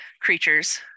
creatures